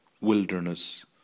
wilderness